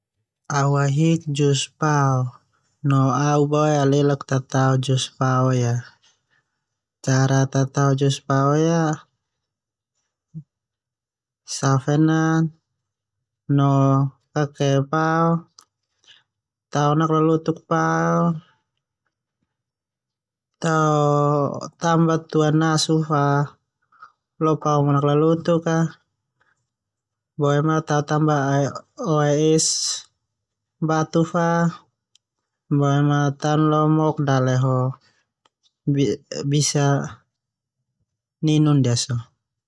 Au ahik jus pao no au alelak tatao jus pao. Cara tatao jus pao ia save na kakee pao a, tao makalulutuk pao, tao tamba tua na su fa, lo pao manaklulutuk, boema tao tamba oe es batu fa, boema tao lok daleo ni nu ndasu.